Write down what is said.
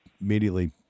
immediately